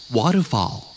waterfall